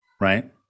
right